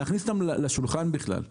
להכניס אותם לשולחן בכלל.